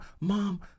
mom